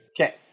Okay